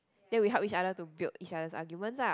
then we help each other to build each other's argument ah